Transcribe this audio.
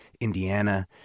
Indiana